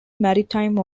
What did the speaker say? maritime